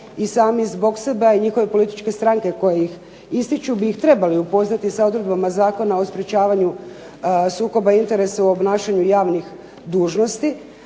i sami zbog sebe, a i njihove političke stranke koje ih ističu bi ih trebali upoznati sa odredbama Zakona o sprečavanju sukoba interesa u obnašanju javnih dužnosti